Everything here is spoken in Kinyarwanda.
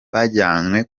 bajyanywe